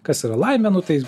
kas yra laimė nu tai